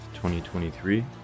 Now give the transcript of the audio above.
2023